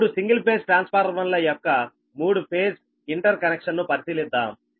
3 single phase ట్రాన్స్ఫార్మర్ల యొక్క 3 phase ఇంటర్ కనెక్షన్ను పరిశీలిద్దాం